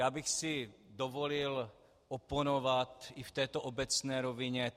Já bych si dovolil oponovat v této obecné rovině.